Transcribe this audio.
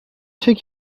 take